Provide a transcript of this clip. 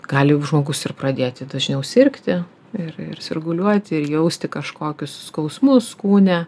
gali žmogus ir pradėti dažniau sirgti ir ir sirguliuoti ir jausti kažkokius skausmus kūne